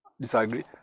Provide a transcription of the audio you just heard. disagree